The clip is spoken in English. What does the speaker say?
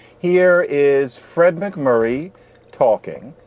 here is fred mcmurry talking.